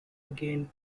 again